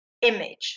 image